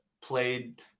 played